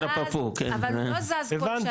אבל הוא לא זז כל שנה.